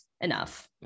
Enough